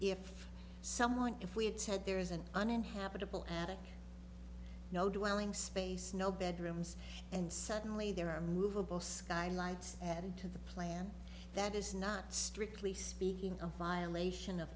if someone if we had said there is an uninhabitable attic no dwelling space no bedrooms and certainly there are movable skylights added to the plan that is not strictly speaking a violation of